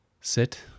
sit